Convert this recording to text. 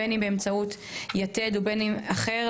בין אם באמצעות ׳יתד׳ ובין אם באמצעות גורם אחר,